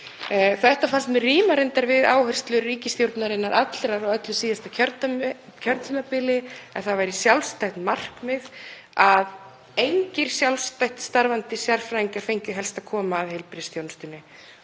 Þetta fannst mér ríma reyndar við áherslur ríkisstjórnarinnar allrar á öllu síðasta kjörtímabili, að það væri sjálfstætt markmið að helst engir sjálfstætt starfandi sérfræðingar fengju að koma að heilbrigðisþjónustunni.